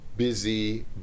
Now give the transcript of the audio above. busy